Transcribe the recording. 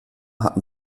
hatten